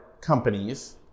companies